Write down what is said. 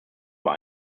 über